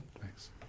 thanks